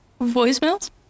voicemails